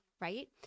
right